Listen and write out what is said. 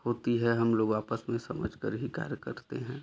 होती है हम लोग आपस में समझकर ही कार्य करते हैं